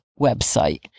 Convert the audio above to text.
website